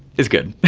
it's good.